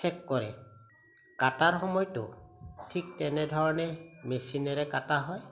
শেষ কৰে কটাৰ সময়তো ঠিক তেনেধৰণে মেচিনেৰে কটা হয়